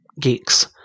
geeks